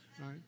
Right